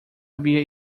havia